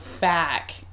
back